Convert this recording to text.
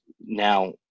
Now